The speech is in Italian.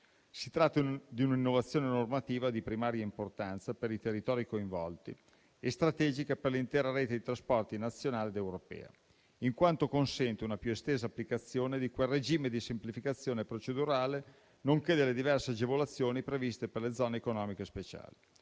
Si tratta di un'innovazione normativa di primaria importanza per i territori coinvolti e strategica per l'intera rete dei trasporti nazionale ed europea, in quanto consente una più estesa applicazione di quel regime di semplificazione procedurale nonché delle diverse agevolazioni previste per le Zone economiche speciali.